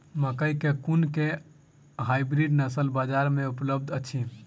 मकई केँ कुन केँ हाइब्रिड नस्ल बजार मे उपलब्ध अछि?